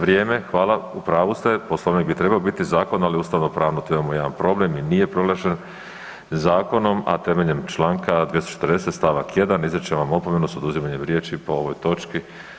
Vrijeme, hvala, u pravu ste, Poslovnik bi trebao biti zakon, ali ustavno pravno tu imamo jedan problem i nije proglašen zakonom, a temeljem čl. 240. st. 1. izričem vam opomenu s oduzimanjem riječi po ovoj točki.